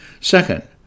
Second